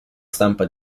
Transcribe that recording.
stampa